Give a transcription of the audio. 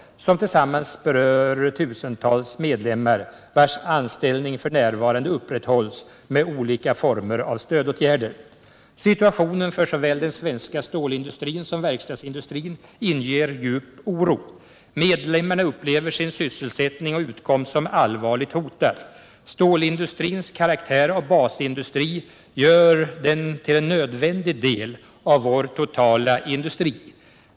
Det berör tusentals medlemmar i Metall, vilkas anställning f. n. upprätthålls med olika former av stödåtgärder. Situationen för såväl den svenska stålindustrin som verkstadsindustrin inger djup oro. Medlemmarna upplever sin sysselsättning och utkomst som allvarligt hotad. Stålindustrins karaktär av basindustri gör den till en nödvändig del av vår totala industri.